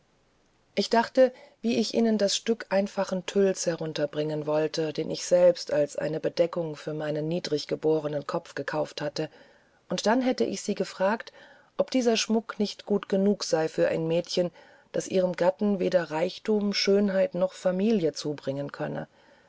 ich dachte wie ich ihnen das stück einfachen tülls herunterbringen wollte den ich selbst als eine bedeckung für meinen niedrig geborenen kopf gekauft hatte und dann hätte ich sie gefragt ob dieser schmuck nicht gut genug sei für ein mädchen das ihrem gatten weder reichtum schönheit noch familie zubringen könne